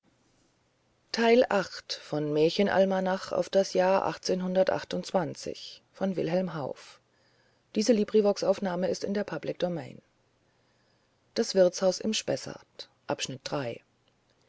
das wirtshaus im spessart